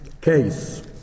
case